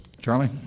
Charlie